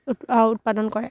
উৎ উৎপাদন কৰে